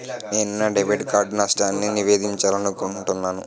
నేను నా debit card నష్టాన్ని నివేదించాలనుకుంటున్నాను